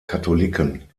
katholiken